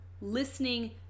listening